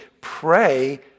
pray